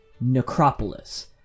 necropolis